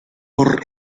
por